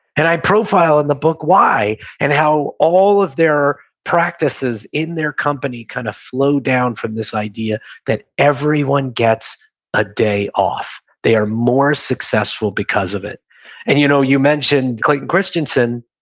and i profile in the book why and how all of their practices in their company kind of flow flow down from this idea that everyone gets a day off. they are more successful because of it and you know you mentioned clayton christensen.